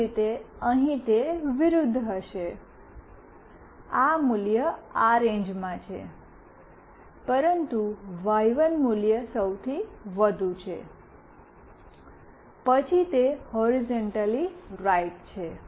એ જ રીતે અહીં તે વિરુદ્ધ હશે આ મૂલ્ય આ રેન્જમાં છે પરંતુ વાય1 મૂલ્ય સૌથી વધુ છે પછી તે હૉરિઝૉન્ટલી રાઈટ છે